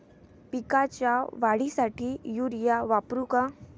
पिकाच्या वाढीसाठी युरिया वापरू का?